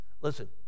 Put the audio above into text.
Listen